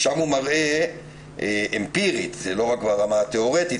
הוא מראה אמפירית ולא רק ברמה התיאורטית,